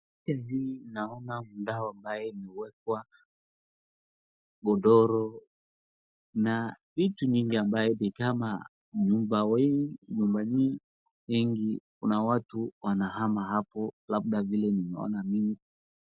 Picha hii naona ngao ambayo imewekwa godoro, na vitu mingi ambaye ni kama nyumba nyingi kuna watu wanahama hapo labda vile nimeona mimi.